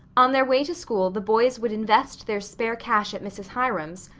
on their way to school the boys would invest their spare cash at mrs. hiram's,